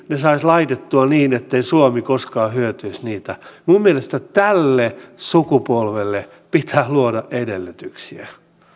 rahat laitettua niin ettei suomi koskaan hyötyisi niistä minun mielestä tälle sukupolvelle pitää luoda edellytyksiä